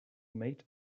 mate